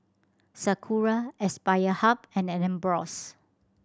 Sakura Aspire Hub and Ambros